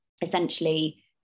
essentially